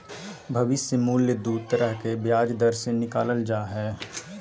भविष्य मूल्य दू तरह के ब्याज दर से निकालल जा हय